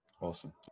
awesome